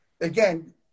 again